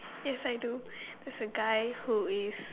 yes I do there's a guy who is